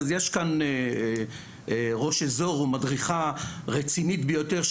אז יש כאן ראש אזור ומדריכה רצינית ביותר,